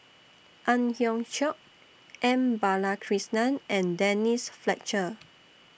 Ang Hiong Chiok M Balakrishnan and Denise Fletcher